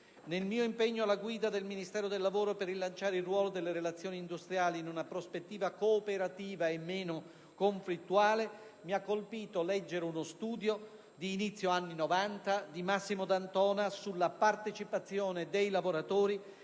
Nel mio impegno alla guida del Ministero del lavoro per rilanciare il ruolo delle relazioni industriali in una prospettiva cooperativa e meno conflittuale mi ha colpito leggere uno studio, d'inizio anni Novanta, di Massimo D'Antona sulla partecipazione dei lavoratori,